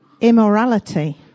immorality